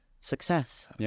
success